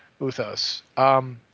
Uthos